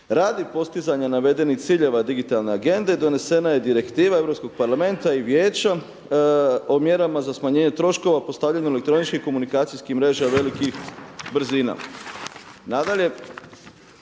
Radi postizanja navedenih ciljeva digitalne Agende donesena je direktiva Europskog parlamenta i Vijeća o mjerama za smanjenje troškova postavljanja elektroničkih komunikacijskih mreža velikih brzina.